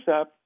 up